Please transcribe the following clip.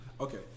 Okay